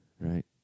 Right